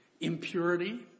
Impurity